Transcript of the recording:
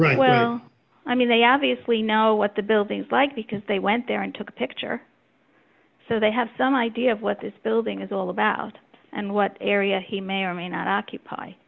right well i mean they obviously know what the building's like because they went there and took a picture so they have some idea of what this building is all about and what area he may or may not occupy